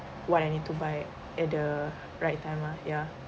what I need to buy at the right time mah yeah